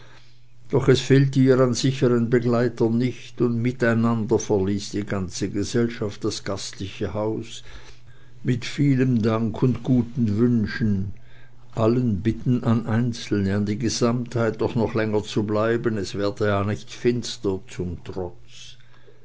doch es fehlte ihr an sicheren begleitern nicht und miteinander verließ die ganze gesellschaft das gastliche haus mit vielem dank und guten wünschen allen bitten an einzelne an die gesamtheit doch noch länger zu bleiben es werde ja nicht finster zum trotz